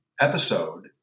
episode